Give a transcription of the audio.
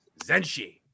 Zenshi